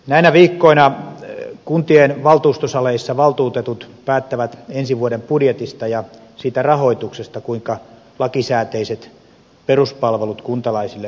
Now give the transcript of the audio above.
näinä viikkoina kuntien valtuustosaleissa valtuutetut päättävät ensi vuoden budjetista ja siitä rahoituksesta kuinka lakisääteiset peruspalvelut kuntalaisille tuotetaan